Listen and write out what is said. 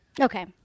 Okay